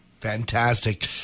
fantastic